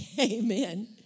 Amen